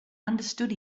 understood